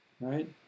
right